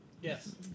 Yes